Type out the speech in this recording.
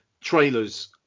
Trailers